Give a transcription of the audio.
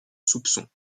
soupçon